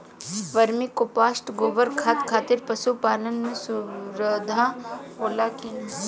Vermi compost गोबर खाद खातिर पशु पालन में सुधार होला कि न?